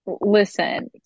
Listen